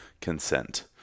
consent